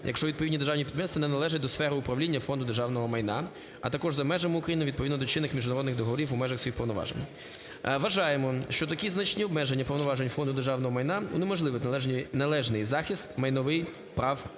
якщо відповідні державні підприємства не належать до сфери управління Фонду державного майна, а також за межами України, відповідно до чинних міжнародних договорів у межах своїх повноважень. Вважаємо, що такі значні обмеження повноважень Фонду державного майна унеможливить належний захист майновий прав держави.